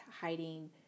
hiding